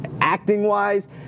acting-wise